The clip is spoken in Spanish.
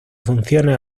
funciones